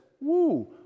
Woo